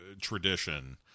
tradition